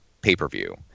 pay-per-view